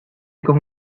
con